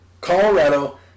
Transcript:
Colorado